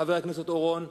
חבר הכנסת אורון,